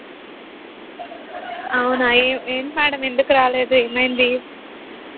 అవునా అయ్యో ఏంటి మ్యాడమ్ ఎందుకు రాలేదు ఏమైంది